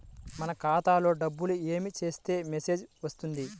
మన ఖాతాలో డబ్బులు ఏమి చేస్తే మెసేజ్ వస్తుంది?